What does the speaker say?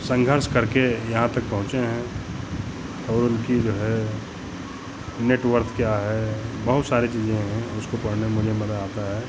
संघर्ष करके यहाँ तक पहुँचे हैं और उनकी जो है नेट वर्थ क्या है बहुत सारी चीज़ें हैं उसको पढ़ने में मुझे मज़ा आता है